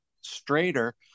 straighter